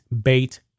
bait